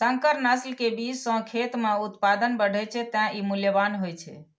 संकर नस्ल के बीज सं खेत मे उत्पादन बढ़ै छै, तें ई मूल्यवान होइ छै